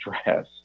stress